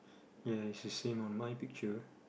ya it's the same on my picture